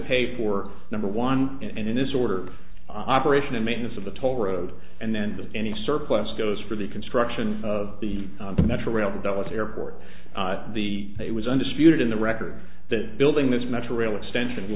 pay for number one and in this order operation and maintenance of the toll road and then the any surplus goes for the construction of the metro rail doublet airport the it was undisputed in the record that building this metro rail extension